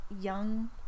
young